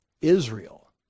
Israel